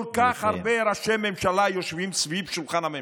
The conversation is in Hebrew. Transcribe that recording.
כל כך הרבה ראשי ממשלה יושבים סביב שולחן הממשלה,